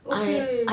okay